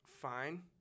fine